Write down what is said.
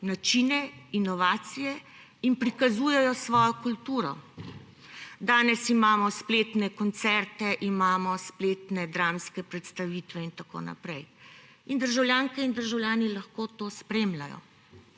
inovacije in prikazujejo svojo kulturo. Danes imamo spletne koncerte, imamo spletne dramske predstavitve in tako naprej in državljanke in državljani lahko to spremljajo.